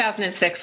2006